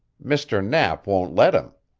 mr. knapp won't let him.